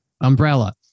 umbrella